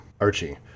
Archie